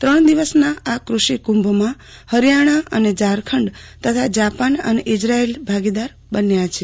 ત્રણ દિવસના આ કૃષિકુંભમાં હરિયાણા અને ઝારખંડ તથા જાપાન અને ઇઝરાયેલ પણ ભાગીદાર બન્યા છે